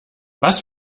was